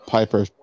Piper